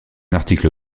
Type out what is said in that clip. article